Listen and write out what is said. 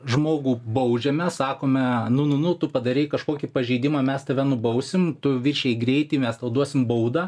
žmogų baudžiame sakome nu nu nu tu padarei kažkokį pažeidimą mes tave nubausim tu viršijai greitį mes tau duosim baudą